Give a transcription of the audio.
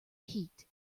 heat